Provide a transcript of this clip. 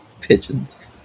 pigeons